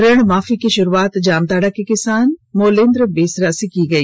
ऋण माफी की शुरूआत जामताड़ा के किसान मोलेन्द्र बेसरा से की गई